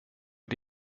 har